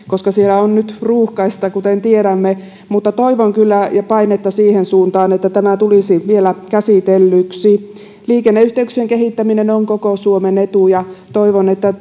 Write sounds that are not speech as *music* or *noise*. *unintelligible* koska siellä on nyt ruuhkaista kuten tiedämme mutta toivon kyllä ja painetta siihen suuntaan että tämä tulisi vielä käsitellyksi liikenneyhteyksien kehittäminen on koko suomen etu ja toivon että *unintelligible*